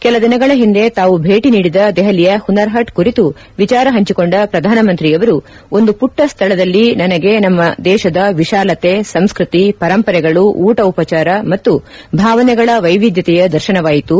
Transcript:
ಕೆಲ ದಿನಗಳ ಹಿಂದೆ ತಾವು ಭೇಟಿ ನೀಡಿದ ದೆಹಲಿಯ ಹುನರ್ ಹಾಟ್ ಕುರಿತು ವಿಚಾರ ಹಂಚಿಕೊಂಡ ಪ್ರಧಾನಮಂತ್ರಿ ಅವರು ಒಂದು ಪುಟ್ಟ ಸ್ಥಳದಲ್ಲಿ ನನಗೆ ನಮ್ಮ ದೇಶದ ವಿಶಾಲತೆ ಸಂಸ್ಕೃತಿ ಪರಂಪರೆಗಳು ಊಟ ಉಪಹಾರ ಮತ್ತು ಭಾವನೆಗಳ ವೈವಿಧ್ಯತೆಯ ದರ್ಶನವಾಯಿತು